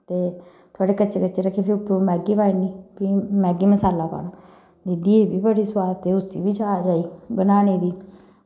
ते थोह्ड़े कच्चे कच्चे रक्खियै उप्परां मैह्गी पाई ओड़नी फ्ही मैह्गी मसाला पाना दीदी एह् बी बड़ी सोआद ते उस्सी बी जाच आई बनाने दी